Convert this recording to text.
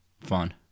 fun